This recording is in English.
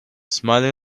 smiling